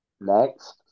Next